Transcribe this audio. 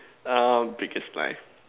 err biggest lie